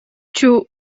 two